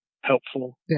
helpful